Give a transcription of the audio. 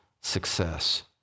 success